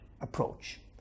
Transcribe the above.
approach